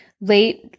late